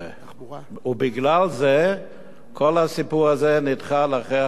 בגלל זה כל הסיפור הזה נדחה עד אחרי החגים,